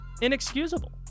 Inexcusable